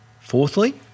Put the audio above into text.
Fourthly